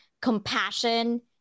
compassion